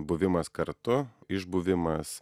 buvimas kartu išbuvimas